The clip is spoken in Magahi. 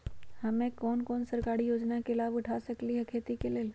हम कोन कोन सरकारी योजना के लाभ उठा सकली ह खेती के लेल?